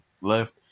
left